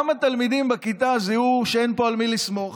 גם התלמידים בכיתה זיהו שאין פה על מי לסמוך